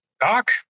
Doc